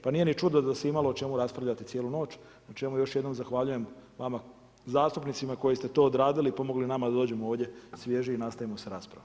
Pa nije ni čudo da se imalo o čemu raspravljati cijelu noć, na čemu još jednom zahvaljujem vama zastupnicima koji ste to odradili i pomogli nama da dođemo ovdje svježi i nastavimo s raspravom.